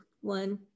one